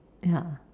ya